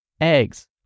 eggs